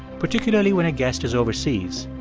particularly when a guest is overseas.